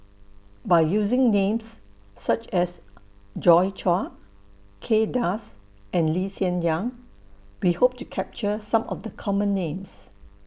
By using Names such as Joi Chua Kay Das and Lee Hsien Yang We Hope to capture Some of The Common Names